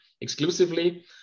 exclusively